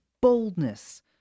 boldness